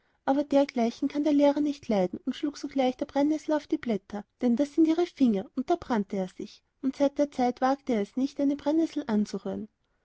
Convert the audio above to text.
aber dergleichen kann der lehrer nicht leiden und schlug sogleich der brennessel auf die blätter denn das sind ihre finger aber da brannte er sich und seit der zeit wagt er es nicht eine brennessel anzurühren